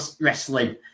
wrestling